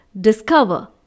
discover